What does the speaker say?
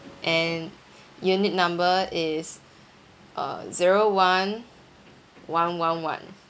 and unit number is uh zero one one one one